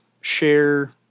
share